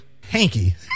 Hanky